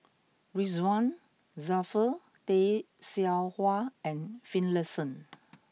Ridzwan Dzafir Tay Seow Huah and Finlayson